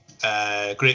Great